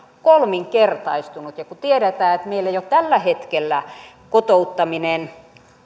kolminkertaistunut ja kun tiedetään että meillä jo tällä hetkellä kotouttaminen